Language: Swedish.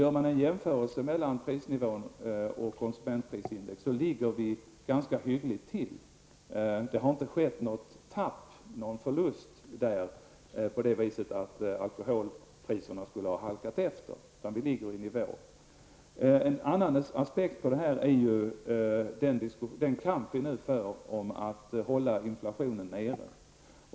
Gör man en jämförelse mellan prisnivån och konsumentprisindex finner man att vi ligger ganska hyggligt till. Det har inte skett någon förlust så att alkoholpriserna skulle ha halkat efter, utan vi ligger i nivå. En annan aspekt är den kamp vi nu för om att hålla inflationen nere.